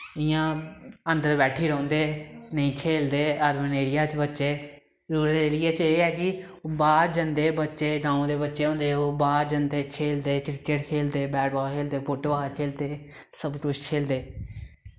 इ'यां अन्दर बैठी रौंह्दे नेईं खेलदे अर्बन एरिया च बच्चे रूरल एरिया च एह् ऐ कि ओह् बाह्र जंदे बच्चे गांव दे बच्चे होंदे ओह् बाह्र जंदे खेलदे क्रिकेट खेलदे बैट बाल खेलदे फुट बाल खेलदे सब कुछ खेलदे